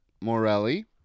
Morelli